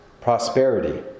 prosperity